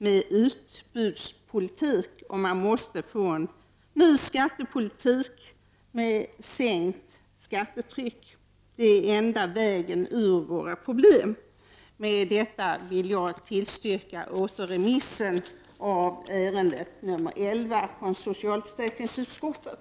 Man måste också få en ny skattepolitik med ett lägre skattetryck. Det är den enda vägen ur våra problem. Med detta vill jag yrka på återremiss av ärende nr 11 från socialförsäkringsutskottet.